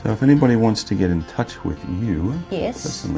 if anybody wants to get in touch with you yes.